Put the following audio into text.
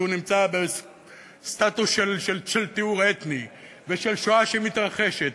נמצא בסטטוס של טיהור אתני ושל שואה שמתרחשת,